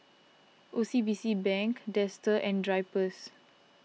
O C B C Bank Dester and Drypers